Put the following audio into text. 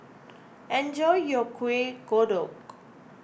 enjoy your Kuih Kodok